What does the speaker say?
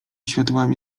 światłami